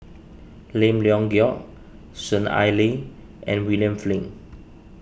Lim Leong Geok Soon Ai Ling and William Flint